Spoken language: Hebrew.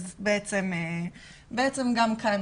אז בעצם גם כאן,